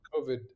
COVID